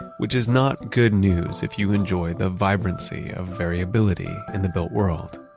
which is not good news if you enjoy the vibrancy of variability in the built world